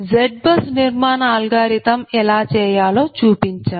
ZBUSనిర్మాణ algorithm ఎలా చేయాలో చూపించాం